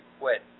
quit